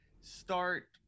start